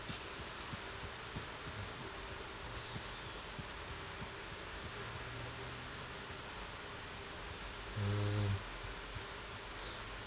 hmm